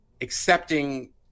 accepting